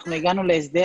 אנחנו הגענו להסדר,